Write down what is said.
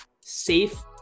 safe